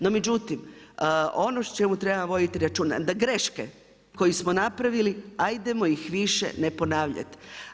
No međutim ono o čemu treba voditi računa, da greške koje smo napravili ajdemo ih više ne ponavljati.